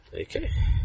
Okay